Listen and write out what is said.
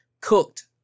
cooked